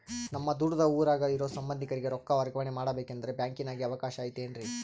ನಮ್ಮ ದೂರದ ಊರಾಗ ಇರೋ ಸಂಬಂಧಿಕರಿಗೆ ರೊಕ್ಕ ವರ್ಗಾವಣೆ ಮಾಡಬೇಕೆಂದರೆ ಬ್ಯಾಂಕಿನಾಗೆ ಅವಕಾಶ ಐತೇನ್ರಿ?